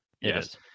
Yes